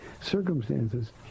circumstances